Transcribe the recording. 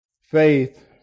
Faith